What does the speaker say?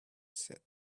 said